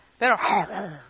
Pero